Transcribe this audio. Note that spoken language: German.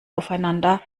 aufeinander